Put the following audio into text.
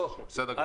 בסדר גמור.